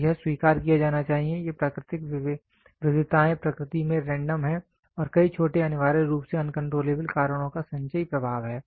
तो यह स्वीकार किया जाना चाहिए ये प्राकृतिक विविधताएँ प्रकृति में रेंडम हैं और कई छोटे अनिवार्य रूप से अनकंट्रोलेबल कारणों का संचयी प्रभाव हैं